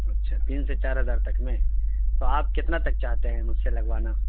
اچھا تین سے چار ہزار تک میں تو آپ کتنا تک چاہتے ہیں مجھ سے لگوانا